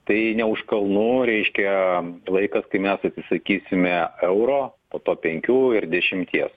tai ne už kalnų reiškia laikas kai mes sakysime euro po penkių ir dešimties